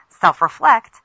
self-reflect